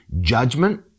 judgment